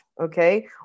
okay